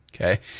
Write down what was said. Okay